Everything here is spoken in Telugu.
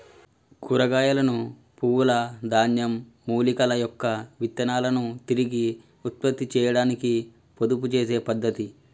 కూరగాయలను, పువ్వుల, ధాన్యం, మూలికల యొక్క విత్తనాలను తిరిగి ఉత్పత్తి చేయాడానికి పొదుపు చేసే పద్ధతి